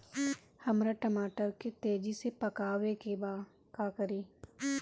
हमरा टमाटर के तेजी से पकावे के बा का करि?